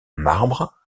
marbre